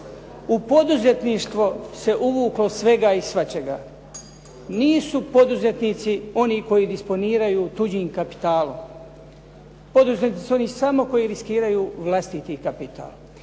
U poduzetništvo se uvuklo svega i svačega. Nisu poduzetnici oni koji disponiraju tuđim kapitalom, poduzetnici su oni samo koji riskiraju vlastiti kapital.